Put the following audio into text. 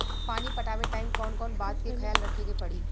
पानी पटावे टाइम कौन कौन बात के ख्याल रखे के पड़ी?